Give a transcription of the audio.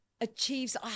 Achieves